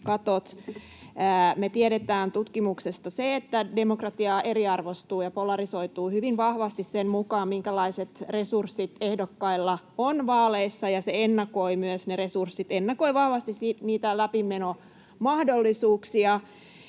Me tiedetään tutkimuksista se, että demokratia eriarvoistuu ja polarisoituu hyvin vahvasti sen mukaan, minkälaiset resurssit ehdokkailla on vaaleissa, ja ne resurssit ennakoivat myös vahvasti läpimenomahdollisuuksia.